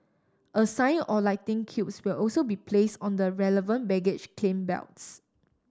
a sign or lightning cubes will also be place on the relevant baggage claim belts